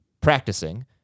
practicing